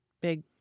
big